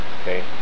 Okay